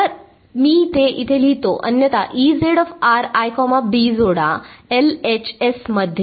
तर मी ते इथे लिहितो अन्यथा जोडा LHS मध्ये